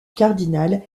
cardinal